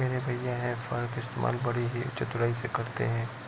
मेरे भैया हे फार्क इस्तेमाल बड़ी ही चतुराई से करते हैं